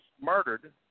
murdered